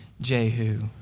jehu